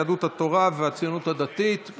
יהדות התורה והציונות הדתית.